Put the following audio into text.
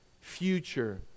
future